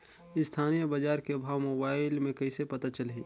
स्थानीय बजार के भाव मोबाइल मे कइसे पता चलही?